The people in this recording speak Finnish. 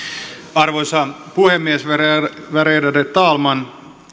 arvoisa puhemies värderade talman